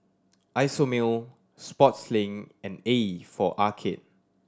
Isomil Sportslink and A for Arcade